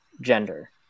gender